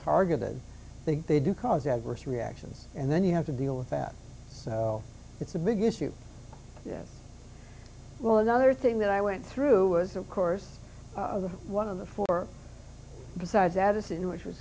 targeted think they do cause adverse reactions and then you have to deal with that it's a big issue well another thing that i went through was of course of the one of the four besides edison which was